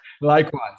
likewise